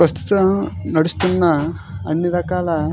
ప్రస్తుతం నడుస్తున్న అన్ని రకాల